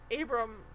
Abram